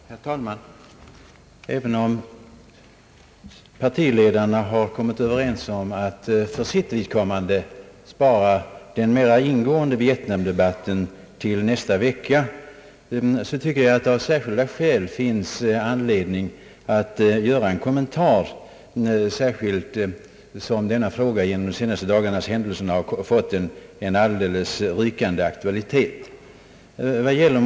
Herr talman! Även om partiledarna har kommit överens om att för sitt vidkommande spara den mera ingående vietnamdebatten till nästa vecka, tycker jag att det av särskilda skäl nu finns anledning att göra en kommentar, inte minst därför att denna fråga genom de senaste dagarnas händelser har fått en rykande aktualitet.